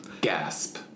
Gasp